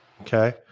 Okay